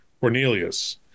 cornelius